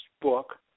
book